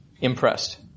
Impressed